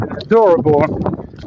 adorable